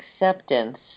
acceptance